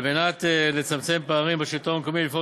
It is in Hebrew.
על מנת לצמצם פערים בשלטון המקומי ולפעול